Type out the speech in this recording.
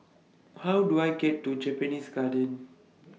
How Do I get to Japanese Garden